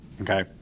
Okay